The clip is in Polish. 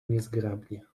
niezgrabnie